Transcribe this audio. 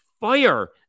fire